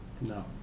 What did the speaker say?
No